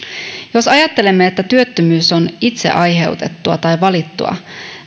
jos ajattelemme että työttömyys on itse aiheutettua tai valittua